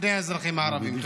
לפני האזרחים הערבים.